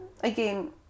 again